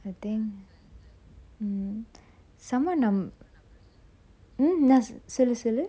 then mm someone nam~ mm நா சொல்லு சொல்லு:na sollu sollu